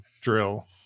drill